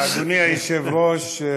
אדוני היושב-ראש,